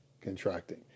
contracting